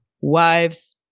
wives